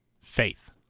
Faith